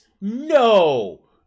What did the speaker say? No